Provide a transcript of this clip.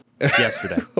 Yesterday